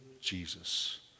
Jesus